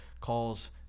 calls